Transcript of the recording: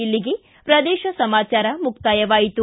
ಇಲ್ಲಿಗೆ ಪ್ರದೇಶ ಸಮಾಚಾರ ಮುಕ್ತಾಯವಾಯಿತು